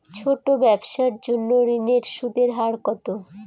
ছোট ব্যবসার জন্য ঋণের সুদের হার কত?